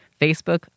Facebook